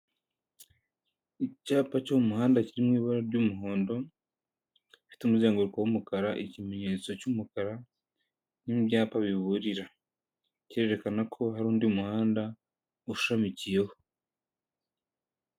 Icyapa cyo mu muhanda kiri mu ibara ry'umuhondo gifite umuzenguruko w'umukara, ikimenyetso cy'umukara n'ibyapa biburira, cyirerekana ko hari undi muhanda ushamikiyeho.